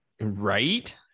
Right